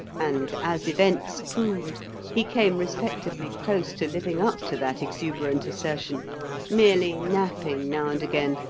and as events proved he came respectably close to living up to that exuberant assertion merely napping now and again,